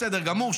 בסדר גמור.